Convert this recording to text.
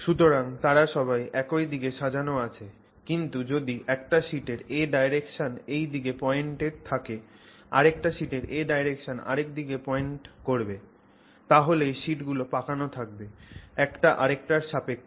সুতরাং তারা সবাই একই দিকে সাজান আছে কিন্তু যদি একটা শিটের a direction এই দিকে পয়েন্টেড থাকে আরেকটা শিটের a direction আরেক দিকে পয়েন্ট করবে তাহলেই শিটগুলো পাকানো থাকবে একটা আরেকটার সাপেক্ষে